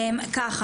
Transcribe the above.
ככה,